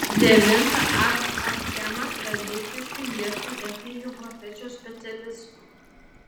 devinta ab achema tradiciškai ieško techninių profesijų specialistų